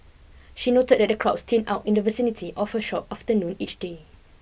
she noted that the crowds thin out in the vicinity of her shop after noon each day